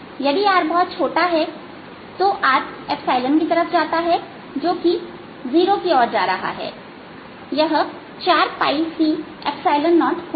यदि r बहुत छोटा है तो r जो कि 0 की ओर जा रहा है यह 4 C0होगा